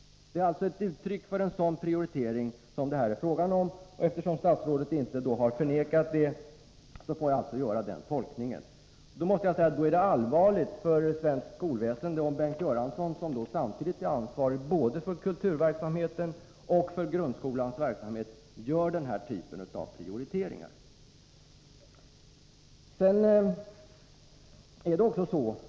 Detta är alltså uttryck för en sådan prioritering — eftersom statsrådet inte har förnekat det får jag göra den tolkningen. Då måste jag säga att det är allvarligt för svenskt skolväsende om Bengt Göransson — som är ansvarig både för kulturverksamheten och för grundskoleverksamheten — gör den typen av prioriteringar.